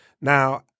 Now